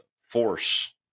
force